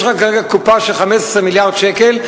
יש לך כרגע קופה של 15 מיליארד שקל,